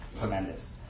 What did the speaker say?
tremendous